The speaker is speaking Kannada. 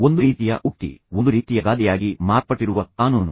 ಒಂದು ರೀತಿಯ ಉಕ್ತಿ ಒಂದು ರೀತಿಯ ಗಾದೆಯಾಗಿ ಮಾರ್ಪಟ್ಟಿರುವ ಕಾನೂನು